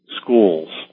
schools